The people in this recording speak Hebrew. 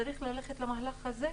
צריך ללכת למהלך הזה.